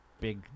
big